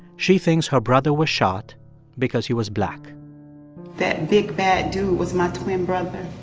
she thinks her brother was shot because he was black that big, bad dude was my twin brother.